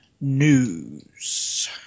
news